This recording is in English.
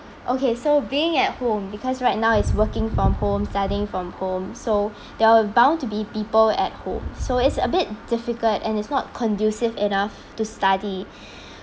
okay so being at home because right now it's working from home studying from home so there're bound to be people at home so it's a bit difficult and it's not conducive enough to study